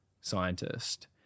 scientist